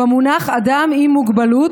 במונח "אדם עם מוגבלות",